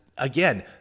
Again